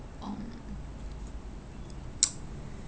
um